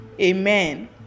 amen